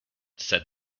said